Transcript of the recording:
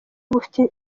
bufite